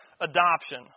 adoption